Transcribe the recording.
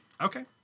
okay